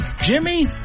Jimmy